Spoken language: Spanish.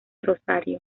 rosario